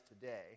today